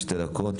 שתי דקות,